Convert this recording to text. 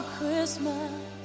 Christmas